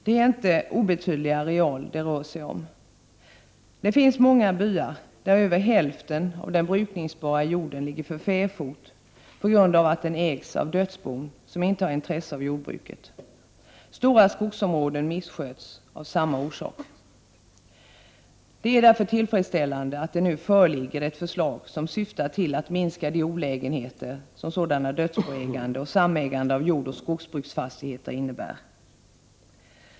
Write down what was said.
Det är inte obetydliga arealer som det rör sig om. Det finns många byar där över hälften av den brukningsbara jorden ligger för fäfot på grund av att den ägs av dödsbon som inte har intresse av jordbruket. Stora skogsområden missköts av samma orsak. Det är därför tillfredsställande att det nu föreligger ett förslag som syftar till att minska de olägenheter som dödsboägande och samägande av jordoch skogsbruksfastigheter innebär.